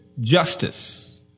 justice